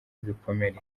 ibikomere